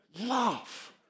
love